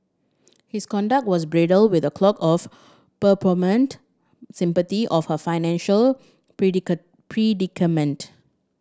his conduct was bridled with a cloak of sympathy of her financial predicament